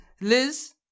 liz